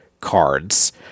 cards